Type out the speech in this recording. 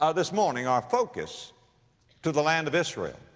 ah this morning our focus to the land of israel.